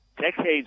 decades